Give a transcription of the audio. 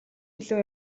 илүү